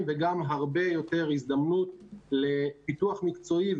וגם הרבה יותר הזדמנות לפיתוח מקצועי,